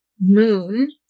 Moon